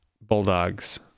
bulldogs